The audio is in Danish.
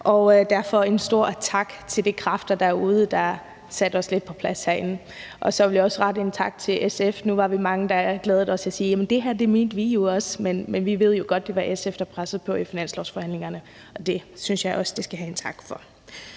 og derfor en stor tak til de kræfter derude, der satte os lidt på plads herinde. Så vil jeg også rette en tak til SF. Nu er vi mange her, der glæder os over, at det mente vi jo også, men vi ved jo godt, at det var SF, der pressede på i finanslovsforhandlingerne, og det synes jeg også de skal have en tak for.